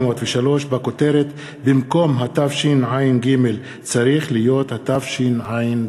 803, בכותרת, במקום "התשע"ג" צריך להיות "התשע"ד".